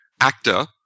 actor